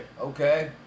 Okay